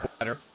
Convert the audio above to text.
better